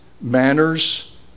manners